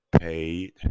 paid